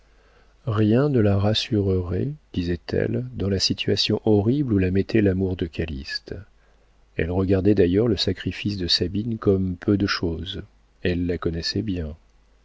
rien ne la rassurerait disait-elle dans la situation horrible où la mettrait l'amour de calyste elle regardait d'ailleurs le sacrifice de sabine comme peu de chose elle la connaissait bien